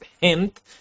hint